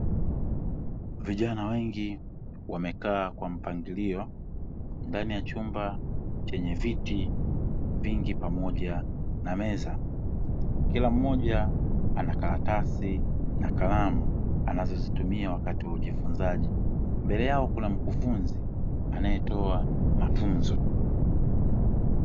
Vijana wengi wamekaa kwa mpangilio ndani ya chumba chenye viti vingi pamoja na meza, kila mmoja ana karatasi na kalamu anazozitumia wakati wa ufunzaji, mbele yao kuna mkufunzi anayetoa mafunzo.